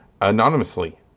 anonymously